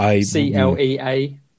C-L-E-A